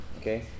okay